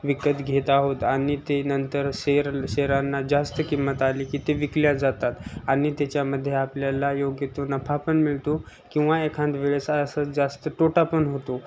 विकत घेत आहोत आणि ते नंतर शेर शेरांना जास्त किंमत आली की ते विकले जातात आणि त्याच्यामध्ये आपल्याला योग्य तो नफा पण मिळतो किंवा एखाद वेळेस असं जास्त तोटा पण होतो